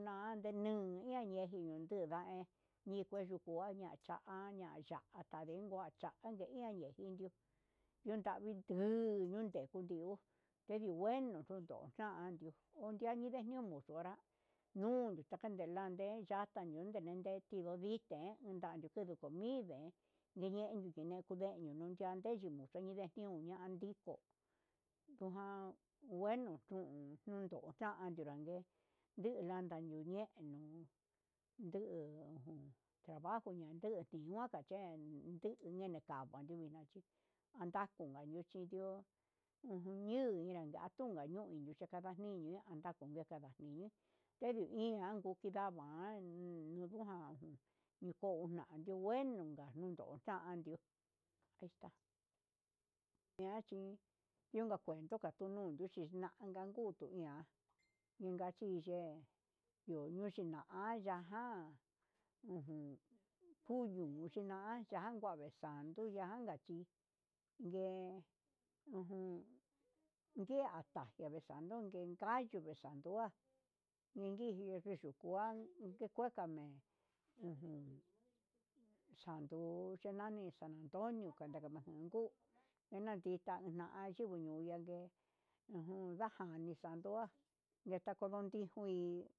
Na'a ndenún ñandeji ninuya hé inkue kueña cha'a na nicha nanrengua cha'a yeian nindui yundavi tu'u inde kudii tedio jun xhindio chan, nadio unña ñindé munu ndua nuli takale ya'a tanio nake nindio ndikii, enuadi tuku ñindee ñe'e niyi kuveñu yande jun tinde kumendio janden jun yindenejiun ñandiko ndujan buenu nuu chán ndunrague ñineyi yundane niun dujun trabajo na'a ndujun, nguakachenu ndedu nuu yeneka'a ndui ataku nannuchí ndio niun nandato nuka niune chikada niñi andakunu kanda niño'o, he hu iha kuu kukindama ñiundujan nuu kona tu ngueno na'a tajun ndio kandio niachi nuika cuenta ña'a kulunduu nanga ngutu ihan ngachi yee ngu nguchina'a, yajan ujun kuyu kuxhina'a anya kua vee santo ya'a anga chí nguee jun iha tajia vee sando ukekayu nixandua, ninguije kexo'o kua kueka me'e ujun santo yenani san antonio kanenake kuu kenanita na'a yinguo nuye ujun ndajani santo kua ndeta konutikui.